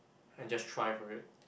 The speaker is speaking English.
and just strive from it